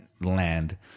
land